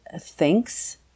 thinks